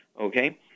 okay